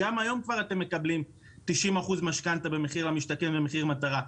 כבר היום אתם מקבלים 90% משכנתא במחיר למשתכן ומחיר למטרה.